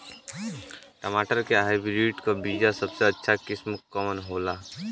टमाटर के हाइब्रिड क बीया सबसे अच्छा किस्म कवन होला?